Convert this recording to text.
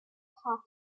part